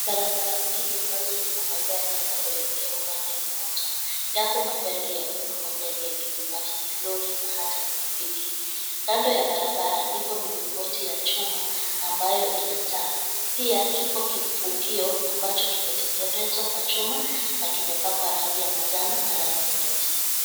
Barabara mbili ambazo zina magari yanayoelekea upande mmoja, yapo magari ya umma, magari ya kibinafsi, lori na hata pikipiki. Kando ya barabara ipo milingoti ya chuma ambayo ina taa. Pia kipo kivukio ambacho kimetengenezwa kwa chuma na kimepakwa rangi ya manjano na rangi nyeusi.